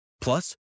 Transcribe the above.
Plus